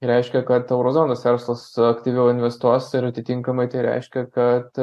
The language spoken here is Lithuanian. reiškia kad euro zonos verslas aktyviau investuos ir atitinkamai tai reiškia kad